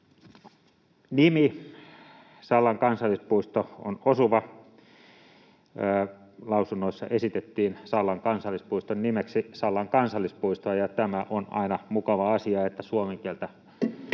Nimi ”Sallan kansallispuisto” on osuva. Lausunnoissa esitettiin Sallan kansallispuiston nimeksi Sallan kansallispuistoa, ja on aina mukava asia, että suomen kieltä